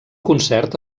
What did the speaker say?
concert